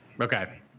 Okay